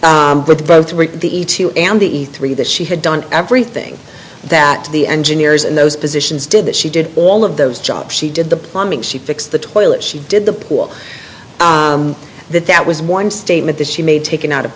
break the two and the e three that she had done everything that the engineers in those positions did that she did all of those jobs she did the plumbing she fixed the toilet she did the pool that that was one statement that she made taken out of